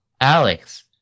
Alex